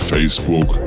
Facebook